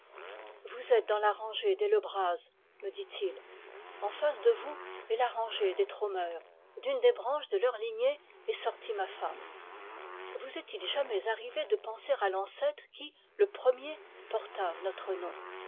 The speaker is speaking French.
vous êtes dans la rangée des le braz me dit-il en face de vous est la rangée des tromeur d'une des branches de leur lignée est sortie ma femme vous est-il jamais arrivé de penser à l'ancêtre qui le premier porta notre nom